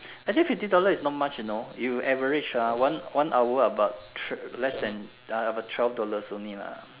I think fifty dollar is not much you know you average ah one one hour about less than uh about twelve dollars only lah